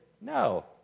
No